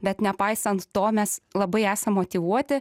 bet nepaisant to mes labai esam motyvuoti